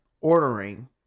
ordering